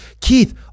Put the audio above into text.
Keith